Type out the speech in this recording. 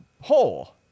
hole